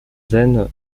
zen